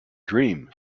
dream